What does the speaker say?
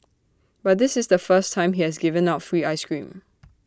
but this is the first time he has given out free Ice Cream